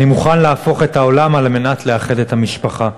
אני מוכן להפוך את העולם על מנת לאחד את המשפחה.